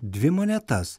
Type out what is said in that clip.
dvi monetas